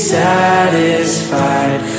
satisfied